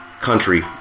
country